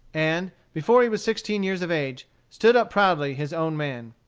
and, before he was sixteen years of age, stood up proudly his own man.